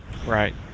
Right